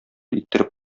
иттереп